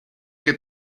que